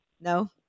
no